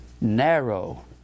Narrow